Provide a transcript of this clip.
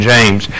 James